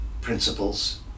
principles